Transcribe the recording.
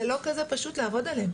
וזה לא כזה פשוט לעבוד עליהן.